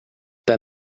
pas